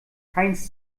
heinz